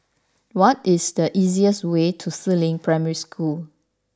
what is the easiest way to Si Ling Primary School